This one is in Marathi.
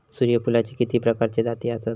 सूर्यफूलाचे किती प्रकारचे जाती आसत?